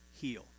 heal